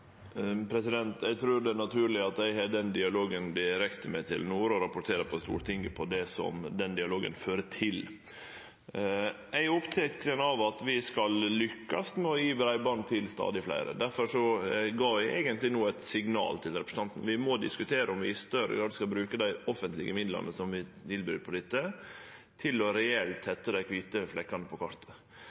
Eg trur det er naturleg at eg har den dialogen direkte med Telenor, og rapporterer til Stortinget om det den dialogen fører til. Eg er oppteken av at vi skal lykkast med å gje breiband til stadig fleire. Difor gav eg no eigentleg eit signal til representanten. Vi må diskutere om vi i større grad skal bruke dei offentlege midlane som vi vil bruke på dette, til reelt å tette dei kvite flekkane på kartet.